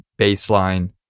baseline